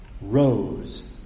rose